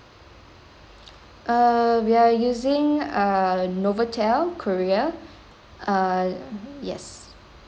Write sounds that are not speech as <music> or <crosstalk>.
<noise> err we are using err Novotel korea err yes